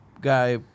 guy